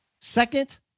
Second